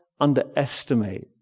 underestimate